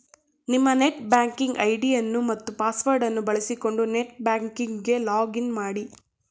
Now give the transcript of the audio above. ನಿಮ್ಮ net banking ಐಡಿಯನ್ನು ಮತ್ತು ಪಾಸ್ವರ್ಡ್ ಅನ್ನು ಬಳಸಿಕೊಂಡು ನೆಟ್ ಬ್ಯಾಂಕಿಂಗ್ ಗೆ ಲಾಗ್ ಇನ್ ಮಾಡಿ